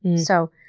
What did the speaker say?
so,